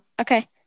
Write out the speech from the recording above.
Okay